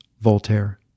Voltaire